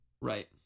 Right